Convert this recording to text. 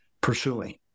pursuing